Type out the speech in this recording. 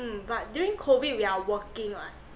mm but during COVID we are working [what]